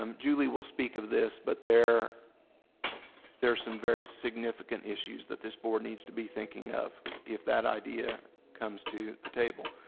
um julie will speak of this, but there there are some very significant issues that this board needs to be thinking of if that idea comes to the table.